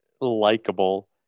likable